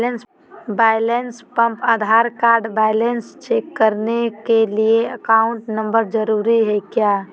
Balance पंप Aadhaar card balance check करने के लिए अकाउंट नंबर जरूरी है क्या?